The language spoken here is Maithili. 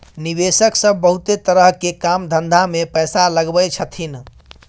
निवेशक सब बहुते तरह के काम धंधा में पैसा लगबै छथिन